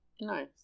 Nice